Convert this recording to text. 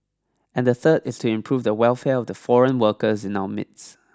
and the third is to improve the welfare of the foreign workers in our midst